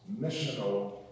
missional